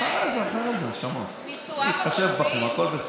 אחרי זה, אחרי זה, נשמה.